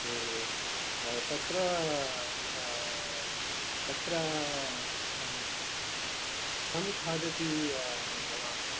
ओ हे तत्र अत्र कथं खादति भवान्